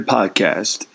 Podcast